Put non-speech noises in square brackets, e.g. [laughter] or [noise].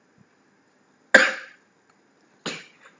[coughs]